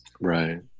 Right